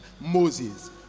moses